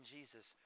Jesus